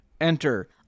enter